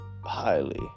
highly